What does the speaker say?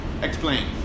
explain